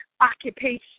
occupation